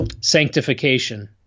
sanctification